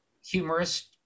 humorous